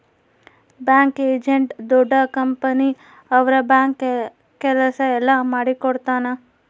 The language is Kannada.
ಬ್ಯಾಂಕ್ ಏಜೆಂಟ್ ದೊಡ್ಡ ಕಂಪನಿ ಅವ್ರ ಬ್ಯಾಂಕ್ ಕೆಲ್ಸ ಎಲ್ಲ ಮಾಡಿಕೊಡ್ತನ